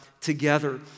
together